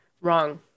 Wrong